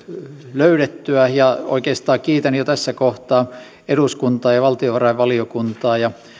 löydettyä ja oikeastaan kiitän jo tässä kohtaa eduskuntaa ja ja valtiovarainvaliokuntaa ja